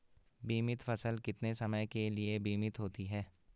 बीमित फसल कितने समय के लिए बीमित होती है?